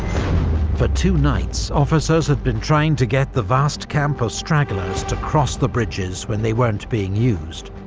for two nights, officers had been trying to get the vast camp of stragglers to cross the bridges when they weren't being used.